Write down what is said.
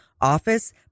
office